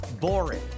boring